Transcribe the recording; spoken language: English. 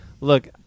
Look-